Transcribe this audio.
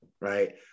right